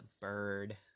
bird